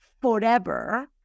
forever